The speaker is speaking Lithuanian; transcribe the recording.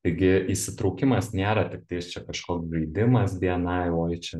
taigi įsitraukimas nėra tiktais čia kažkoks žaidimas bni oi čia